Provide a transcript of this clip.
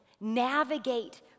navigate